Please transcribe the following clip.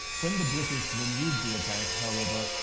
when the british renewed the attack, however,